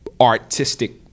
Artistic